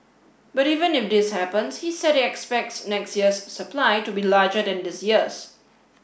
but even if this happens he said he expects next year's supply to be larger than this year's